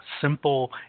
simple